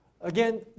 again